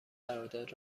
قرارداد